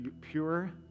pure